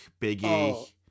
biggie